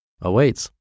awaits